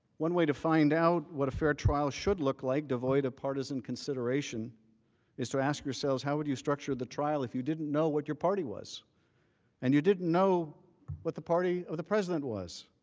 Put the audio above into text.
one way to find out what a fair trial should look like devoid of partisan consideration is to ask yourselves how would you structure the trial if you didn't know what your party was and you didn't know what the party of the president was?